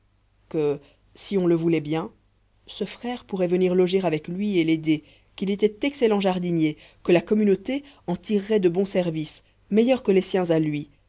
que si on le voulait bien ce frère pourrait venir loger avec lui et l'aider qu'il était excellent jardinier que la communauté en tirerait de bons services meilleurs que les siens à lui